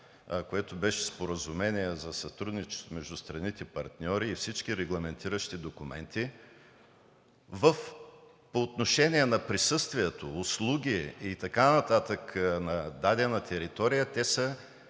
което беше Споразумение за сътрудничество между страните партньори, и всички регламентиращи документи по отношение на присъствието, услуги и така нататък на дадена територия, така